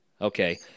Okay